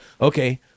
okay